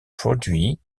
produit